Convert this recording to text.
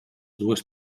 dues